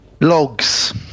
Logs